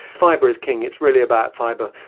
fibre is king, it's really about fibre,